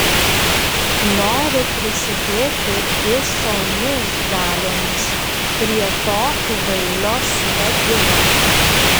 noriu prisidėti visomis galiomis prie to kvailio suradimo